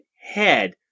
head